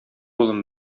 улым